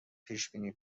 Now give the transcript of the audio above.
پیشبینی